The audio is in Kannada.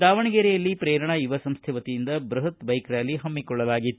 ದಾವಣಗೆರೆಯಲ್ಲಿ ಪ್ರೇರಣಾ ಯುವ ಸಂಸ್ಥೆ ವತಿಯಿಂದ ಬೃಹತ್ ಬೈಕ್ ರ್ಕಾಲಿ ಹಮ್ಮಿಕೊಳ್ಳಲಾಗಿತ್ತು